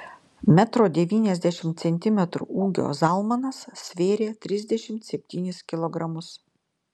metro devyniasdešimt centimetrų ūgio zalmanas svėrė trisdešimt septynis kilogramus